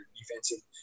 defensive